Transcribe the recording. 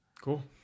Cool